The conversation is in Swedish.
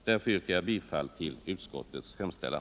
Därför yrkar jag bifall till utskottets hemställan.